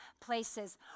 places